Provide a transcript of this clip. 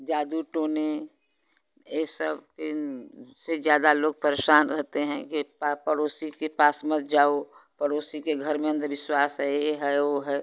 जादू टोने ये सब के से ज़्यादा लोग परेशान रहते हैं कि पड़ोसी के पास मत जाओ पड़ोसी के घर में अंधविश्वास है ये है ओ है